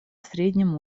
средним